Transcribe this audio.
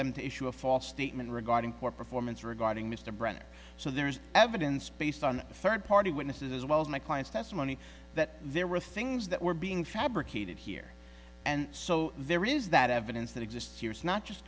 them to issue a false statement regarding poor performance regarding mr brennan so there is evidence based on a third party witnesses as well as my client's testimony that there were things that were being fabricated here and so there is that evidence that exists here is not just